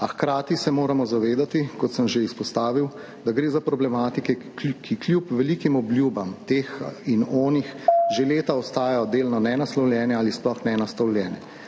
hkrati se moramo zavedati, kot sem že izpostavil, da gre za problematike, ki kljub velikim obljubam teh in onih že leta ostajajo delno nenaslovljene ali sploh nenaslovljene.